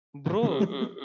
Bro